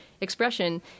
expression